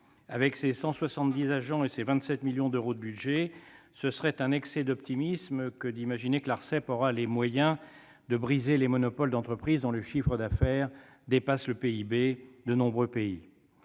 Avec ses 170 agents et ses 27 millions d'euros de budget, ce serait pécher par excès d'optimisme que d'imaginer que l'Arcep aura les moyens de briser les monopoles d'entreprises dont le chiffre d'affaires dépasse le PIB de nombreux pays.